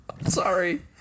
Sorry